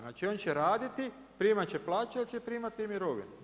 Znači, on će raditi, primat će plaću ali će primati i mirovinu.